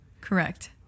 correct